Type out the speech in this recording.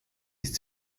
ist